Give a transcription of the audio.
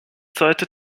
sollte